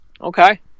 Okay